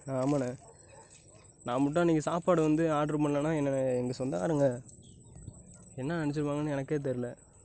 ஆ ஆமாண்ணே நான் மட்டும் அன்றைக்கு சாப்பாடு வந்து ஆர்டர் பண்ணலனா என்னை எங்கள் சொந்தக்காரங்கள் என்ன நினைச்சிருப்பாங்கனு எனக்கே தெரில